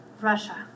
Russia